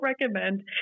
recommend